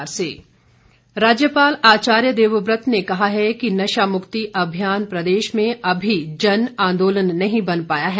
राज्यपाल राज्यपाल आचार्य देवव्रत ने कहा है कि नशा मुक्ति अभियान प्रदेश में अभी जन आंदोलन नहीं बन पाया है